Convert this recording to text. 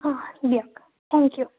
অঁ দিয়ক thank U